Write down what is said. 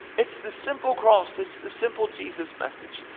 it's the simple cross, it's the simple jesus message.